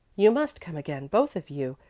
you must come again, both of you,